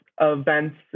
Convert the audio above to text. events